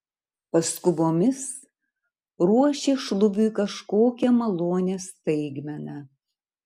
paskubomis ruošė šlubiui kažkokią malonią staigmeną